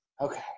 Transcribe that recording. Okay